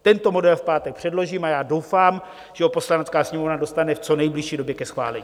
Tento model v pátek předložím a já doufám, že ho Poslanecká sněmovna dostane v co nejbližší době ke schválení.